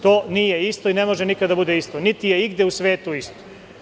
To nije isto i ne može nikada da bude isto, niti je igde u svetu isto.